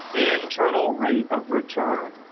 internal rate of return.